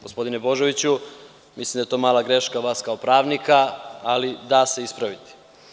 Gospodine Božoviću, mislim da je to mala greška vas kao pravnika, ali da se ispraviti.